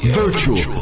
virtual